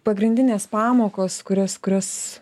pagrindinės pamokos kurias kurias